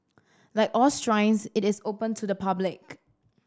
like all shrines it is open to the public